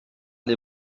les